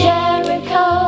Jericho